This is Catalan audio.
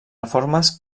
reformes